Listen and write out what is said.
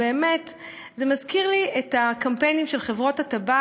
באמת זה מזכיר לי את הקמפיינים של חברות הטבק